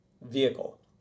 vehicle